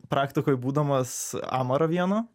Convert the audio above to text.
praktikoj būdamas amarą vieną